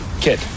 Kid